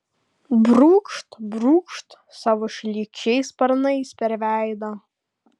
brūkšt brūkšt savo šlykščiais sparnais per veidą